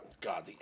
God